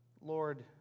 Lord